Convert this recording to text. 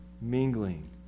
mingling